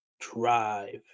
drive